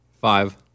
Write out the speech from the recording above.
Five